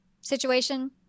situation